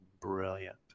brilliant